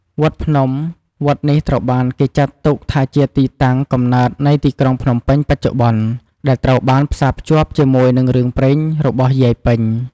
វត្តភ្នំ វត្តនេះត្រូវបានគេចាត់ទុកថាជាទីតាំងកំណើតនៃទីក្រុងភ្នំពេញបច្ចុប្បន្ន ដែលត្រូវបានផ្សារភ្ជាប់ជាមួយនឹងរឿងព្រេងរបស់យាយពេញ។